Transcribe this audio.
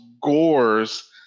gores